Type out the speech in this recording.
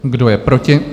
Kdo je proti?